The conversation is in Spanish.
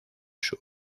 sur